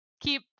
keep